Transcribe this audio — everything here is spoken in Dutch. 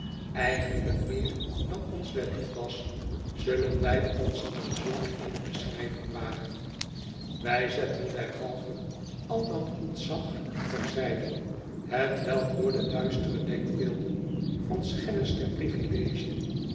eigenlijk meer dan ons wel lief was zullen wij ons aan zulk eene beschrijving wagen wij zetten derhalve al dat ontzag ter zijde hetwelk door de duistere denkbeelden van schennis der privilegien